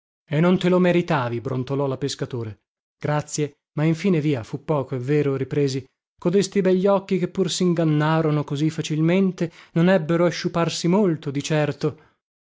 e non te lo meritavi brontolò la pescatore grazie ma infine via fu poco è vero ripresi codesti begli occhi che pur singannarono così facilmente non ebbero a sciuparsi molto di certo